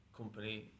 company